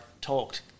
talked